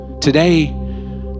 Today